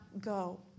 go